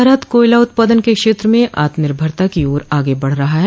भारत कोयला उत्पादन के क्षेत्र में आत्मनिर्भरता की ओर आगे बढ़ रहा है